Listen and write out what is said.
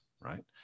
right